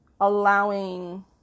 allowing